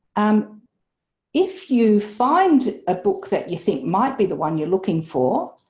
um if you find a book that you think might be the one you're looking for.